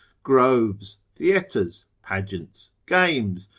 groves, theatres, pageants, games,